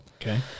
okay